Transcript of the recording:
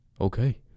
Okay